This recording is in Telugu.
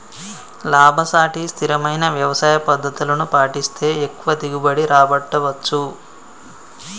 లాభసాటి స్థిరమైన వ్యవసాయ పద్దతులను పాటిస్తే ఎక్కువ దిగుబడి రాబట్టవచ్చు